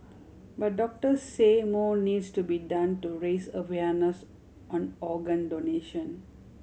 but doctor say more needs to be done to raise awareness on organ donation